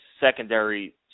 secondary